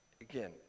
again